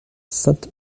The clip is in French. sainte